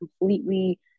completely